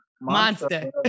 monster